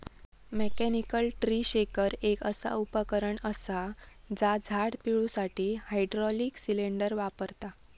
mechanical tree shaker एक असा उपकरण असा जा झाड पिळुसाठी हायड्रॉलिक सिलेंडर वापरता